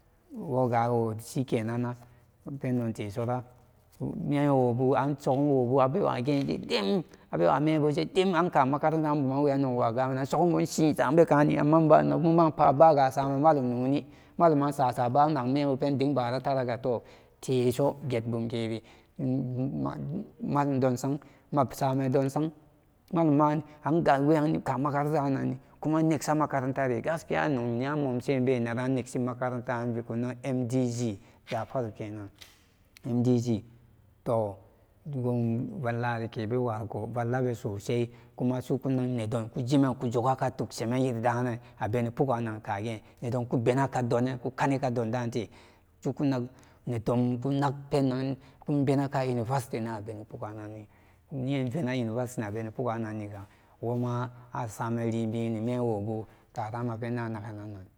Wosa awoti kenan pendon tesora mewobu an sogumwobu abewagegidim abewa mebuje dim anka makantaran boman weyam iwagamenan sogombu ishizamekadim kani mpat masamen malum nóóni malumansasaba nagmembu pen dinbara bararan toh tesoget bomkeri masame donsang malum man anka makarataran kuma inegsa makarantari gaskiya nogya móómse benenran negse makarantaranni iviku ran jafaru kenan ndg toh govallareke bewarko vallabe warko vallabe sosai kuma sukunag nedon kugiman kujugaka tug sheman yirida ipoogan kage nedon kubena karen kokanika donate kokunag nedon kunag penan inbenaka university naben ni poogan nanni iye ibena university abene póógan nanni woma asamen libinimem wobukaran mapendan naganannan.